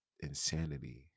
insanity